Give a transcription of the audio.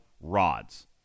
rods